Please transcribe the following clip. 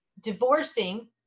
divorcing